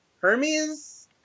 Hermes